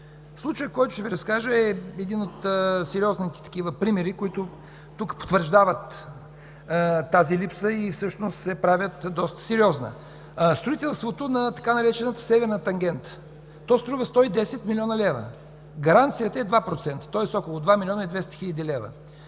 Случаят, който ще Ви разкажа, е един от сериозните такива примери, които потвърждават тази липса и всъщност я правят доста сериозна. Строителството на така наречената „Северна тангента” струва 110 млн. лв. – гаранцията е 2%, тоест около 2 млн. 200 хил. лв.